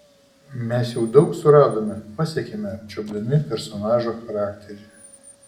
mes jau daug suradome pasiekėme apčiuopdami personažo charakterį